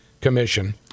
commission